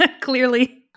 Clearly